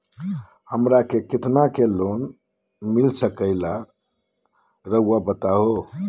हमरा के कितना के लोन मिलता सके ला रायुआ बताहो?